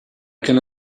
can